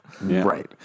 Right